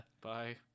Bye